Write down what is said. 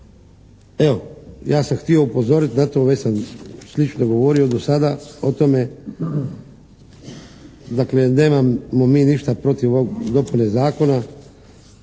Evo, ja sam htio upozoriti na to. Već sam slično govorio do sada o tome. Dakle nemamo mi ništa protiv ovog dopune Zakona